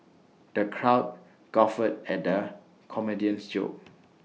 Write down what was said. the crowd guffawed at the comedian's jokes